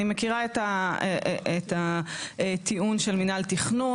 אני מכירה את הטיעון של מנהל תכנון,